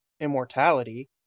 immortality